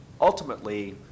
ultimately